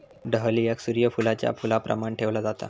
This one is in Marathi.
डहलियाक सूर्य फुलाच्या फुलाप्रमाण ठेवला जाता